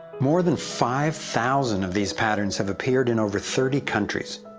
more than five thousand of these patterns have appeared in over thirty countries,